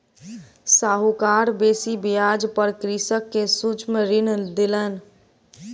साहूकार बेसी ब्याज पर कृषक के सूक्ष्म ऋण देलैन